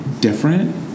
different